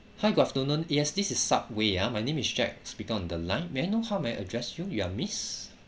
hi good afternoon yes this is subway ah ya my name is jack speaking on the line may I know how may I address you you are miss